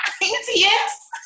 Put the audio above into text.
yes